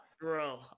Bro